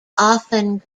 often